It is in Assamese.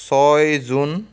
ছয় জুন